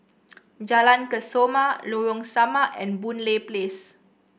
Jalan Kesoma Lorong Samak and Boon Lay Place